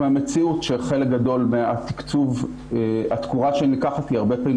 המציאות היא שהתקורה שנלקחת היא הרבה פעמים